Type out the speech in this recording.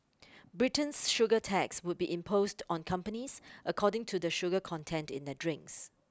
Britain's sugar tax would be imposed on companies according to the sugar content in their drinks